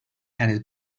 tennis